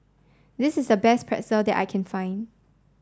this is the best Pretzel that I can find